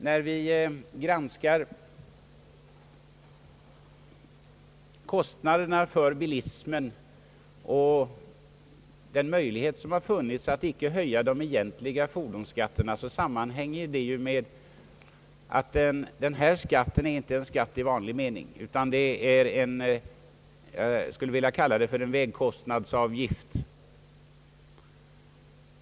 När vi granskar kostnaderna för bilismen finner vi att det förelegat en möjlighet att inte höja de egentliga fordonsskatterna, vilket sammanhänger med att denna skatt inte är en skatt i vanlig mening utan vad jag skulle vilja kalla för en vägkostnadsavgift.